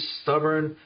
stubborn